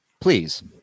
please